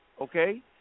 Okay